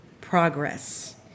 progress